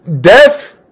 Death